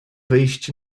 wyjść